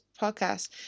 podcast